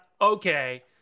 Okay